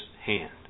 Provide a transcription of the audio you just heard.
hand